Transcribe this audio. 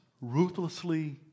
ruthlessly